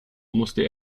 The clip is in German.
musste